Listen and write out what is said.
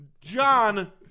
john